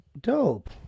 Dope